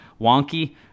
wonky